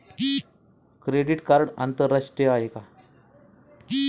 Credit card आंतरराष्ट्रीय आहे का?